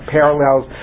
parallels